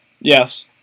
Yes